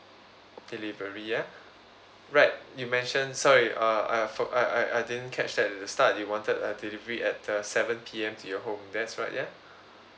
delivery ya right you mention sorry uh I for~ I I I didn't catch that at the start you wanted a delivery at uh seven P_M to your home that's right ya